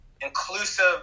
inclusive